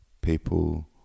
people